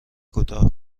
کوتاه